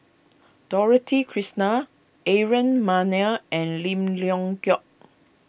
Dorothy Krishnan Aaron Maniam and Lim Leong Geok